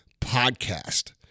podcast